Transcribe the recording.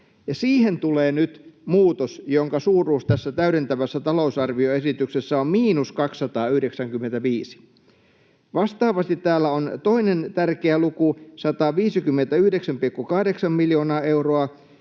Siihen tulee nyt muutos, jonka suuruus tässä täydentävässä talousarvioesityksessä on miinus 295. Vastaavasti täällä on toinen tärkeä luku, 159,8 miljoonaa euroa,